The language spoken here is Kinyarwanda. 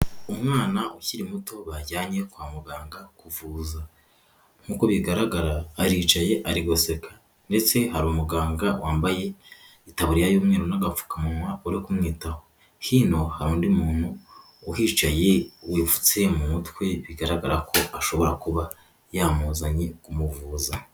Umwana ukiri muto bajyanye kwa muganga kuvuza, nkuko bigaragara aricaye ari guseka ndetse hari umuganga wambaye itaburiya y'umweru n'agapfukamunwa uri kumwitaho, hino hari undi muntu uhicaye wipfutse mu mutwe, bigaragara ko ashobora kuba yamuzanye kumuvuza.